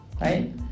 right